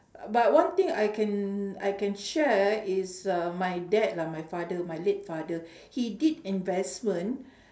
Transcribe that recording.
but one thing I can I can share is uh my dad lah my father my late father he did investment